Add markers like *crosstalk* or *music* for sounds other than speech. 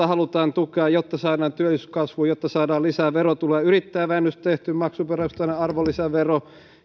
*unintelligible* halutaan tukea jotta saadaan työllisyys kasvuun jotta saadaan lisää verotuloja yrittäjävähennys on tehty maksuperusteinen arvonlisävero